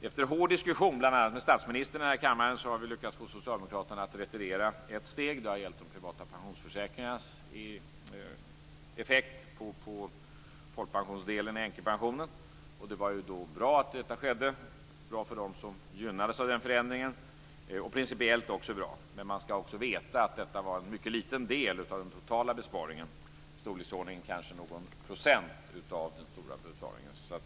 Efter hård diskussion, bl.a. med statsministern här i kammaren, har vi lyckats få socialdemokraterna att retirera ett steg, och det har gällt de privata pensionsförsäkringarnas effekt på folkpensionsdelen i änkepensionen. Det var bra att detta skedde för dem som gynnades av den förändringen, och det var principiellt bra. Men man skall veta att detta var en mycket liten del av den totala besparingen, i storleksordningen någon procent av den stora besparingen.